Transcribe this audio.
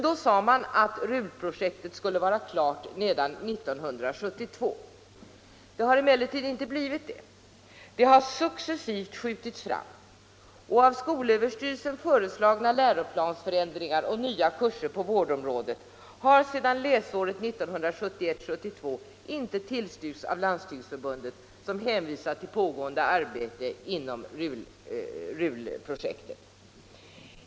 Då sade man att RUL-projektet skulle vara klart redan 1972. Det var det emellertid inte; det har successivt skjutits fram. Av skolöverstyrelsen föreslagna läroplansförändringar och nya kurser på vårdområdet har sedan läsåret 1971/72 inte tillstyrkts av Landstingsförbundet som hänvisat till pågående arbete inom RUL-projektet.